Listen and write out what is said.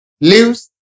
lives